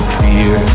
fear